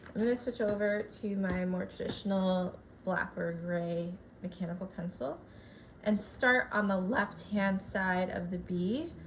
i'm going to switch over to my more traditional black or gray mechanical pencil and start on the left hand side of the b,